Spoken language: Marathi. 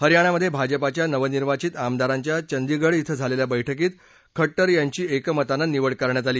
हरयाणामध्ये भाजपाच्या नवनिर्वाधित आमदारांच्या चंडीगढ़ क्वे झालेल्या बैठकीत खड्टर यांची एकमतानं निवड करण्यात आली